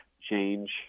change